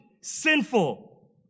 sinful